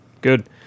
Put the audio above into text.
good